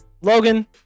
Logan